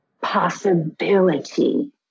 possibility